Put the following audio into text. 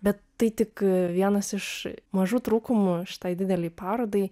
bet tai tik vienas iš mažų trūkumų šitai didelei parodai